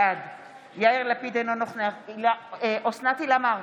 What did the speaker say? בעד יאיר לפיד, אינו נוכח אוסנת הילה מארק,